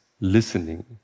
listening